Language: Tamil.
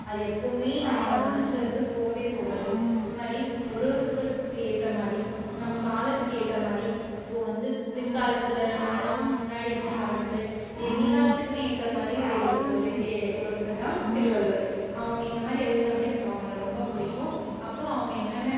அது எப்போவுமே நம்ம மனசிலிருந்து போகவே போகாது இந்த மாதிரி ஒரு ஒருத்தருக்கு ஏற்ற மாதிரி நம்ம காலத்துக்கு ஏற்ற மாதிரி இப்போது வந்து பிற்காலத்தில் நமக்கு முன்னாடி இருந்த காலத்தில் எல்லாத்துக்குமே ஏற்ற மாதிரியும் எழுதின ஒரே ஏ ஒருத்தர் தான் திருவள்ளுவர் அவங்க இந்த மாதிரி எழுதினது தான் எனக்கு அவங்கள ரொம்ப பிடிக்கும் அப்புறம் அவங்க என்னென்ன